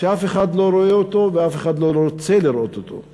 שאף אחד לא רואה אותו ואף אחד לא רוצה לראות אותו,